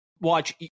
watch